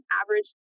average